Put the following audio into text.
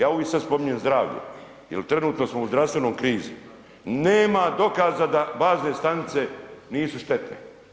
Ja uvik sad spominjem zdravlje jel trenutno smo u zdravstvenoj krizi, nema dokaza da bazne stanice nisu štetne.